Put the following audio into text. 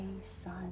sun